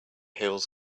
heels